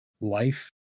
life